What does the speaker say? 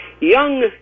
young